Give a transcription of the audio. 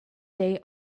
day